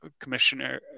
commissioner